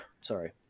sorry